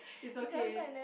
it's okay